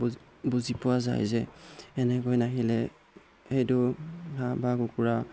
বুজি পোৱা যায় যে এনেকৈ নাহিলে সেইটো হাঁহ বা কুকুৰা